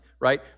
Right